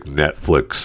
netflix